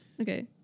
Okay